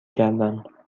کردم